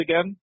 again